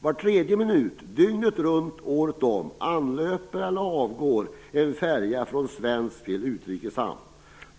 Var tredje minut dygnet runt året om anlöper eller avgår en färja från svensk hamn till utrikeshamn.